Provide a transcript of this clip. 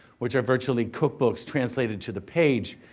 which are virtually cookbooks translated to the page,